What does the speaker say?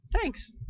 Thanks